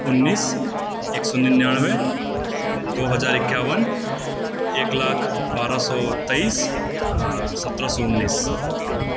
उन्नीस एक सए निनानबे दो हजार एक्यावन एक लाख बारह सए तेइस आ सत्रह सए उन्नीस